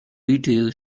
retail